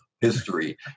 history